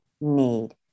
need